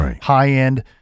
high-end